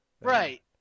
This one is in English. right